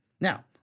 Now